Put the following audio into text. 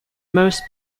most